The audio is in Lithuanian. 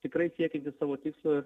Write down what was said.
tikrai siekiantys savo tikslo